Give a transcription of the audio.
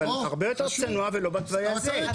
אבל הרבה יותר צנוע ולא בתוואי הזה.